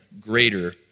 greater